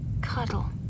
Cuddle